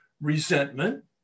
resentment